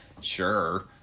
sure